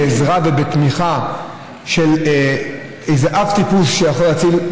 בעזרה ובתמיכה של איזה אב טיפוס שיכול להציל.